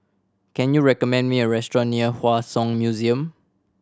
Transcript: can you recommend me a restaurant near Hua Song Museum